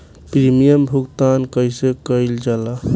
Premium भुगतान कइसे कइल जाला?